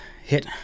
hit